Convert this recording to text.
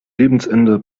lebensende